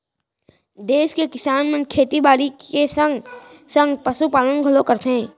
देस के किसान मन खेती बाड़ी के संगे संग पसु पालन घलौ करथे